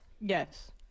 Yes